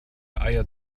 eier